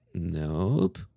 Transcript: Nope